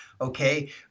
okay